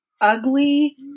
ugly